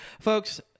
Folks